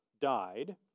died